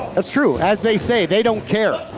that's true as they say they don't care.